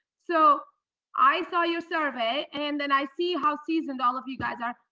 so i saw your survey and and i see how seasoned all of you guys are.